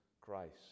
Christ